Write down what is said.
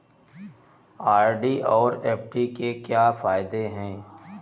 RD और FD के क्या फायदे हैं?